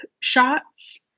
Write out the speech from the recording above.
shots